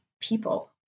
people